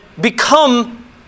Become